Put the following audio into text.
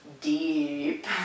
deep